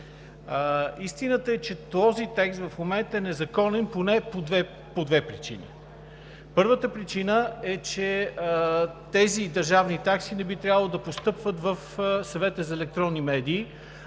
Истината е, че този текст в момента е незаконен поне по две причини. Първата причина е, че тези държавни такси не би трябвало да постъпват в Съвета за електронни медии